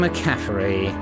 McCaffrey